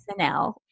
SNL